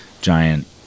giant